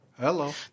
Hello